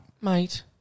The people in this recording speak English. mate